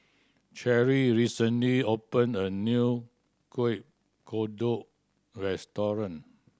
Cherrie recently opened a new Kueh Kodok restaurant